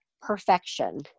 perfection